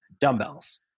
dumbbells